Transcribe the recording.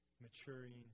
Maturing